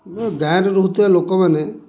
ଗାଁରେ ରହୁଥିବା ଲୋକମାନେ